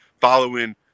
following